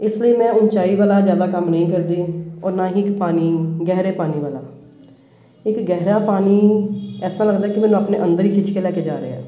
ਇਸ ਲਈ ਮੈਂ ਉੱਚਾਈ ਵਾਲਾ ਜ਼ਿਆਦਾ ਕੰਮ ਨਹੀਂ ਕਰਦੀ ਔਰ ਨਾ ਹੀ ਇੱਕ ਪਾਣੀ ਗਹਿਰੇ ਪਾਣੀ ਵਾਲਾ ਇੱਕ ਗਹਿਰਾ ਪਾਣੀ ਐਸਾ ਲੱਗਦਾ ਕਿ ਮੈਨੂੰ ਆਪਣੇ ਅੰਦਰ ਹੀ ਖਿੱਚ ਕੇ ਲੈ ਕੇ ਜਾ ਰਿਹਾ ਹੈ